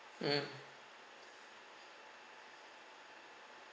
mm